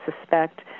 suspect